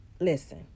listen